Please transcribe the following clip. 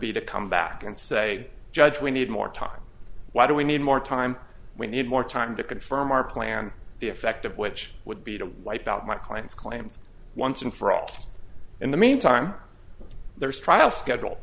be to come back and say judge we need more time why do we need more time we need more time to confirm our plan the effect of which would be to wipe out my client's claims once and for all in the meantime there's trial schedule